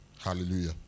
hallelujah